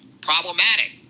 problematic